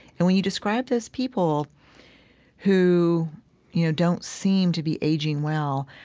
and when you describe those people who you know don't seem to be aging well,